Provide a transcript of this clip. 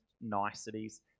niceties